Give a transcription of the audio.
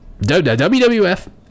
WWF